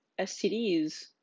STDs